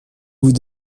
vous